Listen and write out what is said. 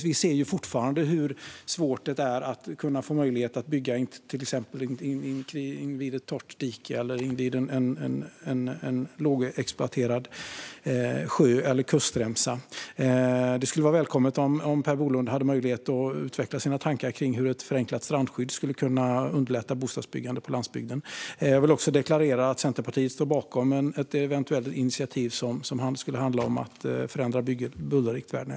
Vi ser fortfarande hur svårt det är att få möjlighet att bygga till exempel invid ett torrt dike eller invid en lågexploaterad sjö eller kustremsa. Det skulle vara välkommet om Per Bolund har möjlighet att utveckla sina tankar kring hur ett förenklat strandskydd skulle kunna underlätta bostadsbyggande på landsbygden. Jag vill också deklarera att Centerpartiet står bakom ett eventuellt initiativ som skulle handla om att förändra bullerriktvärdena.